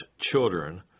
children